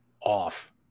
off